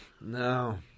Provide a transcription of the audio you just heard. No